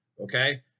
Okay